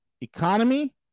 Economy